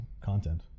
content